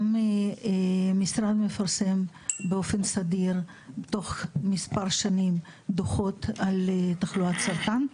גם המשרד מפרסם באופן סדיר תוך מספר שנים דוחות על תחלואת סרטן,